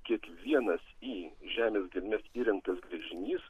kiekvienas į žemes gelmes įremtas gręžinys